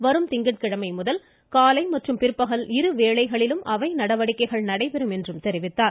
வரும் திங்கட்கிழமை முதல் காலை மற்றும் பிற்பகல் இரு வேளைகளிலும் அவை நடவடிக்கைகள் நடைபெறும் என்றும் அவர் தெரிவித்தார்